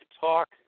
talk